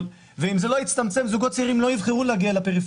ואם זה לא יצטמצם זוגות צעירים לא יגיעו לפריפריה.